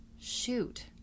shoot